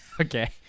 Okay